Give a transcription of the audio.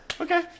Okay